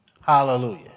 Hallelujah